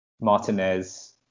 Martinez